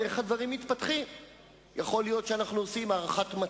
איך מסיימים מעגל קסמים כזה?